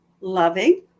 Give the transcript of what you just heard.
loving